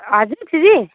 हजुर दिदी